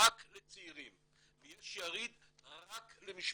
רק לצעירים, ויש יריד רק למשפחות.